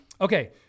Okay